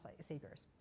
seekers